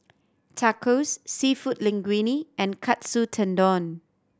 Tacos Seafood Linguine and Katsu Tendon